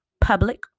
public